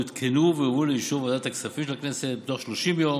יותקנו ויובאו לאישור ועדת הכספים של הכנסת בתוך 30 יום,